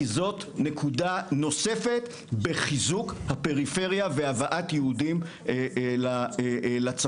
כי זו נקודה נוספת בחיזוק הפריפריה והבאת יהודים לצפון.